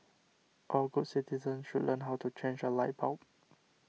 all good citizens should learn how to change a light bulb